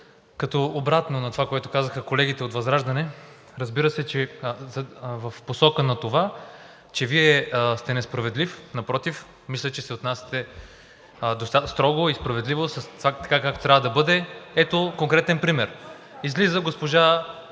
като обратно на това, което казаха колегите от ВЪЗРАЖДАНЕ, разбира се, в посока на това, че Вие сте несправедлив. Напротив, мисля, че се отнасяте строго и справедливо – така, както трябва да бъде. Ето конкретен пример. Излиза госпожа